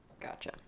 Gotcha